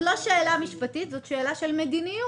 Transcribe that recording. זאת לא שאלה משפטית, זאת שאלה של מדיניות.